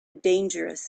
dangerous